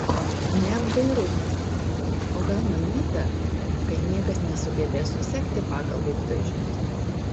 neapdairumas o gal manyta kad niekas nesugebės susekti pagal lūpdažius